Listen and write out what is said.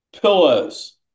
pillows